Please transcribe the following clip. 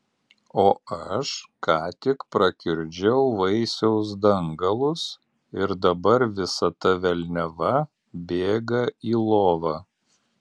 o aš ką tik prakiurdžiau vaisiaus dangalus ir dabar visa ta velniava bėga į lovą